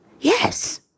Yes